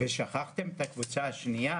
ושכחתם את הקבוצה השנייה,